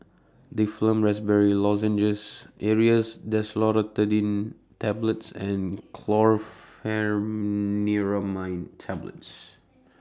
Difflam Raspberry Lozenges Aerius DesloratadineTablets and Chlorpheniramine Tablets